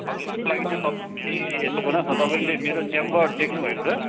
अब यसको लागि चाहिँ तपाईँले यसो गर्नुहोस् न तपाईँले मेरो च्याम्बर देख्नुभएको छ